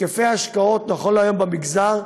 היקף ההשקעות היום במגזר,